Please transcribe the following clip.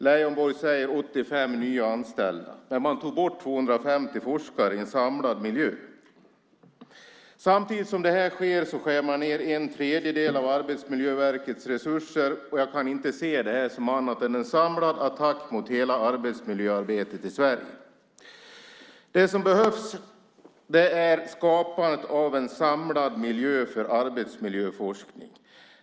Leijonborg talar om 85 nya anställda, men man tog bort 250 forskare i en samlad miljö. Samtidigt som det här sker skär man ned en tredjedel av Arbetsmiljöverkets resurser. Jag kan inte se det som annat än en samlad attack mot hela arbetsmiljöarbetet i Sverige. Det som behövs är att skapa en samlad miljö för arbetsmiljöforskning.